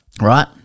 Right